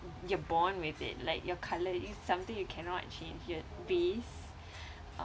you're born with it like your colour is something you cannot change your race